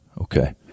Okay